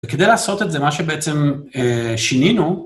וכדי לעשות את זה, מה שבעצם שינינו...